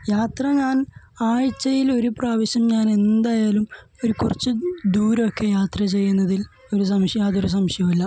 യാത്ര ഞാൻ ആഴ്ചയിൽ ഒരു പ്രാവശ്യം ഞാൻ എന്തായാലും ഒരു കുറച്ച് ദൂരമൊക്കെ യാത്ര ചെയ്യുന്നതിൽ ഒരു സംശമായോ യാതൊരു സംശയവുമില്ല